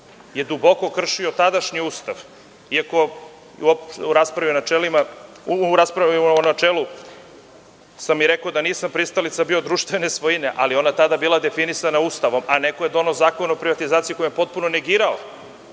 je duboko kršio tadašnji Ustav, iako sam u raspravi u načelu rekao da nisam pristalica društvene svojine, ali je ona tada bila definisana Ustavom, a neko je doneo Zakon o privatizaciji kojim je potpuno negirao